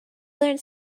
learned